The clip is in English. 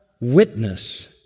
witness